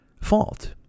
fault